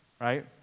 right